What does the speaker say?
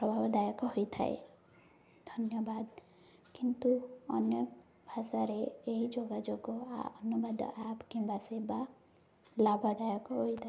ପ୍ରଭାବଦାୟକ ହୋଇଥାଏ ଧନ୍ୟବାଦ କିନ୍ତୁ ଅନ୍ୟ ଭାଷାରେ ଏହି ଯୋଗାଯୋଗ ଅନୁବାଦ ଆପ୍ କିମ୍ବା ସେବା ଲାଭଦାୟକ ହୋଇଥାଏ